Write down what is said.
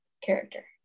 character